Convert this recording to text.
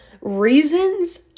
reasons